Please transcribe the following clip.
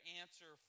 answer